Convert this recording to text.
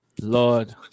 Lord